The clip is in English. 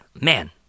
man